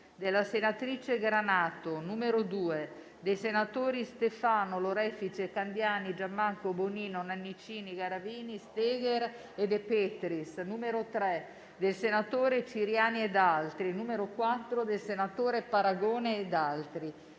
dalla senatrice Granato, n. 2, dai senatori Stefano, Lorefice, Candiani, Giammanco, Bonino, Nannicini, Garavini, Steger e De Petris, n. 3, dal senatore Ciriani e da altri senatori, e n. 4, dal senatore Paragone e da altri